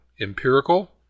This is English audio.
empirical